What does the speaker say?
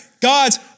God's